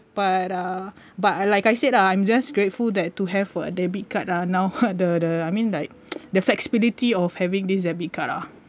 but uh but I like I said I'm just grateful that to have a debit card ah now the the I mean like the flexibility of having this debit card ah